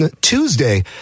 Tuesday